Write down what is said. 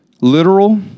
Literal